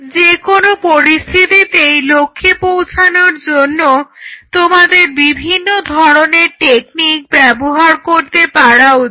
যেকোনো পরিস্থিতিতেই লক্ষ্যে পৌঁছানোর জন্য তোমাদের বিভিন্ন ধরনের টেকনিক ব্যবহার করতে পারা উচিত